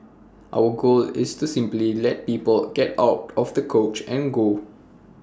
our goal is to simply let people get out off the couch and go